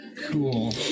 Cool